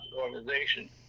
organization